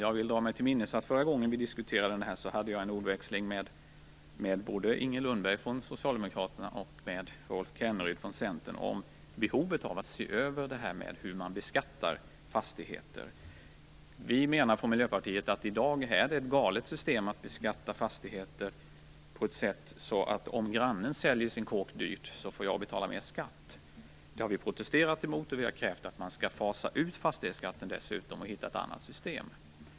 Jag vill dra mig till minnes att förra gången vi diskuterade detta hade jag en ordväxling med både Inger Lundberg från Socialdemokraterna och Rolf Kenneryd från Centern om behovet av att se över frågan om hur man beskattar fastigheter. Vi i Miljöpartiet menar att dagens system för att beskatta fastigheter är galet - om grannen säljer sin kåk dyrt får jag betala mer skatt. Det har vi protesterat emot. Vi har dessutom krävt att man skall fasa ut fastighetsskatten och hitta ett annat system.